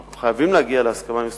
ואנחנו חייבים להגיע להסכמה עם הסטודנטים,